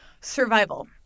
survival